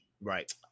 Right